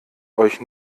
euch